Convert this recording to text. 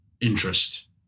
interest